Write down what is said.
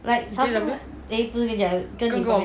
like something like J two 跟你讲跟你 boyfriend